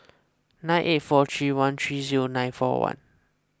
nine eight four three one three zero nine four one